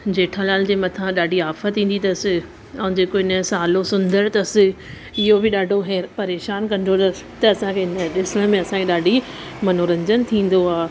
जेठालाल जे मथां ॾाढी आफत ईंदी अथसि ऐं जेको इनजो सालो सुंदर अथसि इहो बि ॾाढो हीउ परेशानु कंदो अथसि त असांखे हीअ ॾिसण में असांखे ॾाढी मनोरंजनु थींदो आहे